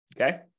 Okay